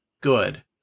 Good